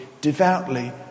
devoutly